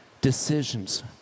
decisions